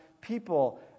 people